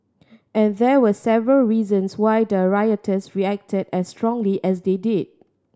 and there were several reasons why the rioters reacted as strongly as they did